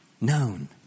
Known